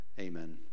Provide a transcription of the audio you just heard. Amen